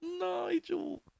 Nigel